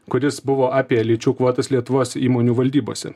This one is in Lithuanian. kuris buvo apie lyčių kvotas lietuvos įmonių valdybose